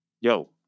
yo